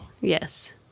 Yes